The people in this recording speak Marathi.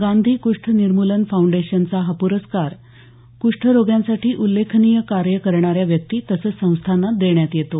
गांधी कृष्ठ निर्मूलन फाऊंडेशनचा हा पुरस्कार कुष्ठरोग्यांसाठी उल्लेखनीय कार्य करणाऱ्या व्यक्ती तसंच संस्थांना देण्यात येतो